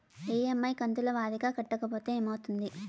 EMI కంతుల వారీగా కట్టకపోతే ఏమవుతుంది?